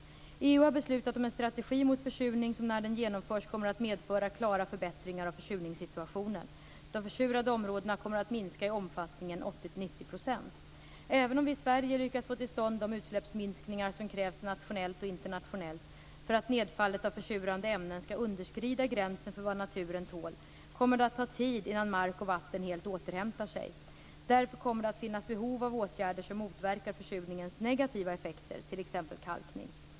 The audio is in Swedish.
EU har beslutat om en strategi mot försurning som när den genomförs kommer att medföra klara förbättringar av försurningssituationen. De försurade områdena kommer att minska i omfattningen 80-90 %. Även om vi Sverige lyckas att få till stånd de utsläppsminskningar som krävs nationellt och internationellt för att nedfallet av försurande ämnen skall underskrida gränsen för vad naturen tål kommer det att ta tid innan mark och vatten helt återhämtar sig. Därför kommer det att finnas behov av åtgärder som motverkar försurningens negativa effekter, t.ex. kalkning.